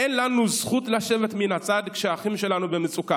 אין לנו זכות לשבת מן הצד כשהאחים שלנו במצוקה.